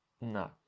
No